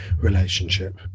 relationship